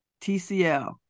TCL